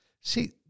See